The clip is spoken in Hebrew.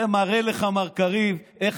זה מראה לך, מר קריב, איך